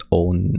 own